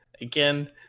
again